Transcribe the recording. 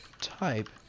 type